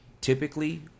typically